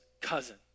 cousin